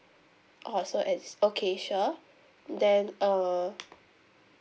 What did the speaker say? oh so it's okay sure then uh